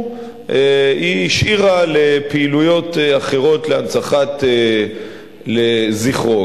היא השאירה לפעילויות אחרות להנצחת זכרו.